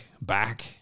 back